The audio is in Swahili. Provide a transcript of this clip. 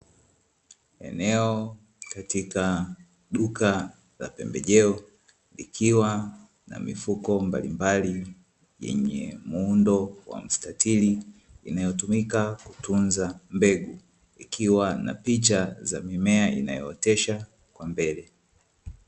Eneo katika duka la pembejeo likiwa na mifuko mbalimbali yenye muundo wa mstatili, inayotumika kutunza mbegu ikiwa na picha za mimea inayo oteshwa kwa mbele.